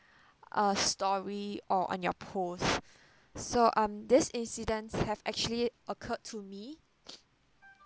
uh story or on your post so um these incidents have actually occurred to me